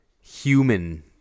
human